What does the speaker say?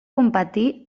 competir